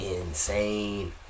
insane